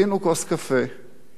ישבנו ועישנו סיגריה,